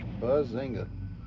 Buzzinga